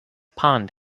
pond